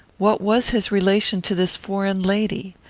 what was his relation to this foreign lady?